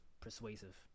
persuasive